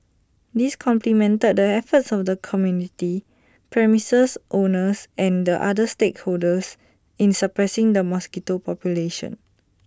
this complemented the efforts of the community premises owners and other stakeholders in suppressing the mosquito population